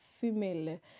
female